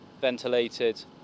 ventilated